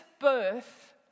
birth